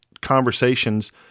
conversations